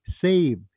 Save